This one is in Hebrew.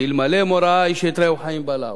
שאלמלא מוראה איש את רעהו חיים בלעו".